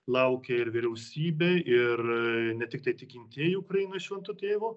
laukia ir vyriausybė ir ne tiktai tikintieji ukrainoj švento tėvo